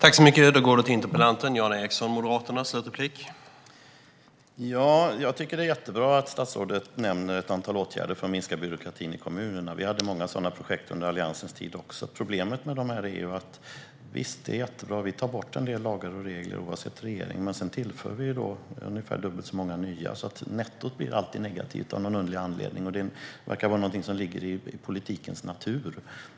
Herr talman! Det är bra att statsrådet nämner ett antal åtgärder för att minska byråkratin i kommunerna. Vi hade många sådana projekt under Alliansens tid också. Problemet är att även om en regering tar bort en del lagar och regler så tillför den ungefär dubbelt så många nya. Nettot blir av någon underlig anledning alltid negativt, och det verkar vara något som ligger i politikens natur.